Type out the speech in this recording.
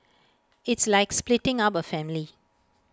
it's like splitting up A family